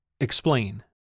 Explain